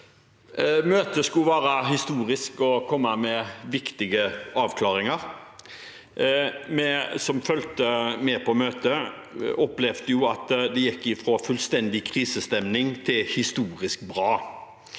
Møtet skulle være historisk og komme med viktige avklaringer. Vi som fulgte med på møtet, opplevde at det gikk fra fullstendig krisestemning til historisk bra.